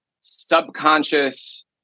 subconscious